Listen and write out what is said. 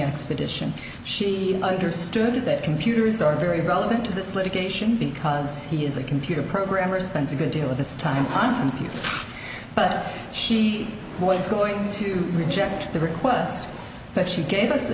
expedition she understood that computers are very relevant to this litigation because he is a computer programmer spends a good deal of this time on thief but she was going to reject the request but she give us